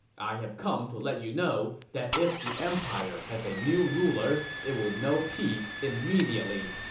i have come to let you know that if the empire has a new ruler, it would know peace immediately.